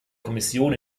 kommission